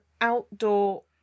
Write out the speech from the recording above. outdoor